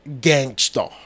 gangster